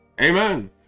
Amen